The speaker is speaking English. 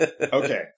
Okay